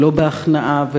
ולא בהכנעה,